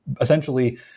essentially